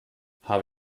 habe